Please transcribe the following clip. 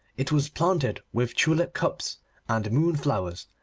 it was planted with tulip-cups and moonflowers,